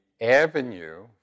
avenue